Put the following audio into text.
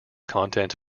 content